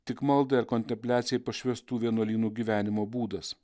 tik maldai ar kontempliacijai pašvęstų vienuolynų gyvenimo būdas